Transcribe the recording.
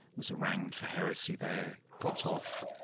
was harangued for heresy there, got off.